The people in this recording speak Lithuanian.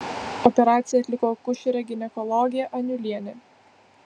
operaciją atliko akušerė ginekologė aniulienė